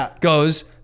goes